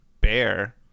bear